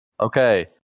Okay